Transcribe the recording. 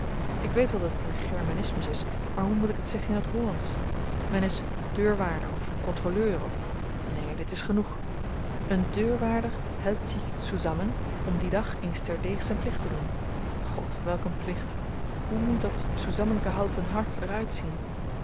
te zamen ik weet wel dat dit een germanismus is maar hoe moet ik het zeggen in t hollandsch men is deurwaarder of kontroleur of neen dit is genoeg een deurwaarder hält sich zusammen om dien dag eens terdeeg zyn plicht te doen god welk een plicht hoe moet dat zusammen gehalten hart